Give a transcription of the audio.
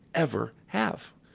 ever have.